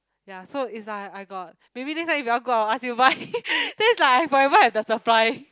ya so it's like I got maybe next time if you want go I will ask you buy then it's like I forever have the supply